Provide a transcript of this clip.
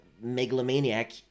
megalomaniac